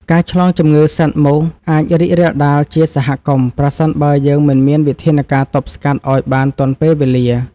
ការឆ្លងជំងឺពីសត្វមូសអាចរីករាលដាលជាសហគមន៍ប្រសិនបើយើងមិនមានវិធានការទប់ស្កាត់ឱ្យបានទាន់ពេលវេលា។